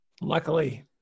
luckily